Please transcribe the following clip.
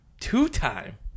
two-time